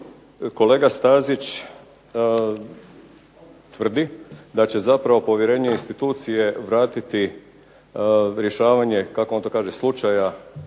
Kolega Stazić tvrdi da će zapravo povjerenje institucije vratiti rješavanje kako on to kaže slučaja